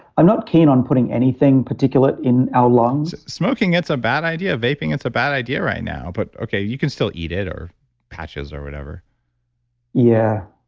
i'm not keen on putting anything particulate in our lungs smoking, that's a bad idea. vaping is a bad idea right now. but okay, you can still eat it or patches or whatever yeah.